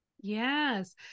Yes